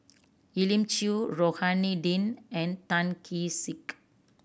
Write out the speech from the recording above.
Elim Chew Rohani Din and Tan Kee Sek